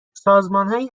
سازمانهایی